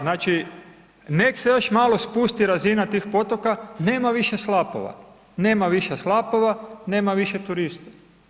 Znači nek se još malo spusti razina tih potoka, nema više slapova, nema više slapova, nema više turista.